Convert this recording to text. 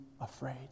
afraid